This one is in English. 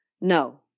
No